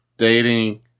Dating